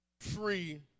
free